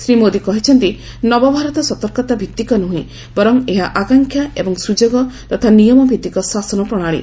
ଶ୍ରୀମୋଦି କହିଛନ୍ତି ନବଭାରତ ସର୍ତକତା ଭିତ୍ତିକ ନୁହେଁ ବର ଏହା ଆକାଂକ୍ଷା ଏବଂ ସୁଯୋଗ ତଥା ନିୟମ ଭିତ୍ତିକ ଶାସନ ପ୍ରଣାଳୀ